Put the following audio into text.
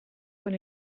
con